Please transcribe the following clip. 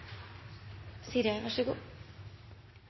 innebærer – så god